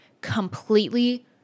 completely